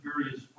various